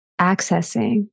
accessing